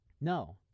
no